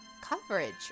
coverage